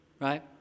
right